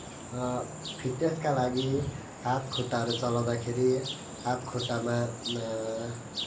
फिटनेसका लागि हात खुट्टाहरू चलाउँदाखेरि हात खुट्टामा